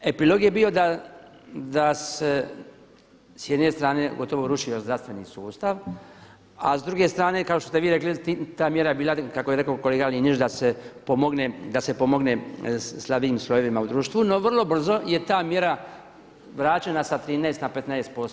Epilog je bio da se s jedne strane gotovo rušio zdravstveni sustav, a s druge strane kao što ste vi rekli ta mjera je bila kako je rekao kolega Linić da se pomogne slabijim slojevima u društvu, no vrlo brzo je ta mjera vraćena sa 13 na 15%